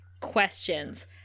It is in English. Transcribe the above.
questions